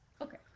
Okay